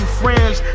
friends